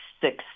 six